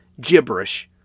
Gibberish